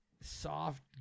Soft